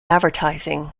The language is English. advertising